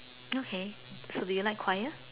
okay so do you like choir